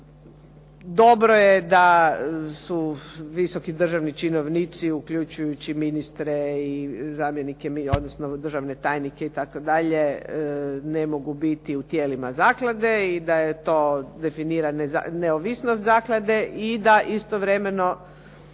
Dobro je da su visoki državni činovnici uključujući ministre, i zamjenike ministra, odnosno državne tajnike itd., ne mogu biti u tijelima zaklade i da je to definira neovisnost zaklade i da istovremeno